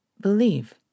believe